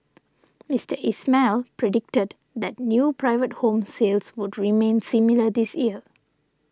Mister Ismail predicted that new private home sales would remain similar this year